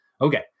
Okay